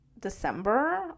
December